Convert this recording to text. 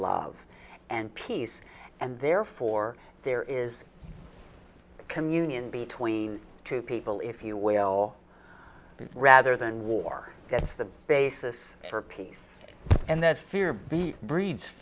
love and peace and therefore there is communion between two people if you will but rather than war that's the basis for peace and that fear be breeds